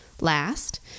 last